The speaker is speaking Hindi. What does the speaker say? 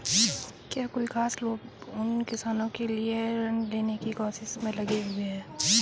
क्या कोई खास लाभ उन किसानों के लिए हैं जो ऋृण लेने की कोशिश में लगे हुए हैं?